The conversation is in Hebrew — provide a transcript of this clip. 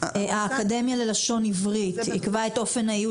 האקדמיה ללשון עברית תקבע את אופן האיות